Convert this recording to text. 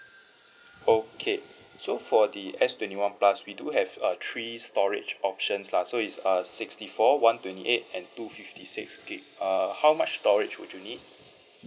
okay so for the S twenty one plus we do have a three storage options lah so is a sixty four one twenty eight and two fifty six gig err how much storage would you need